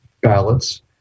ballots